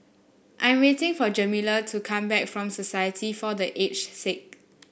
I'm waiting for Jamila to come back from Society for The Aged Sick